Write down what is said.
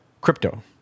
crypto